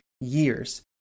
years